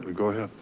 go ahead,